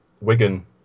Wigan